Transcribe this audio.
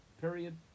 Period